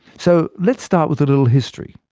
so let's start with a little history.